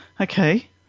Okay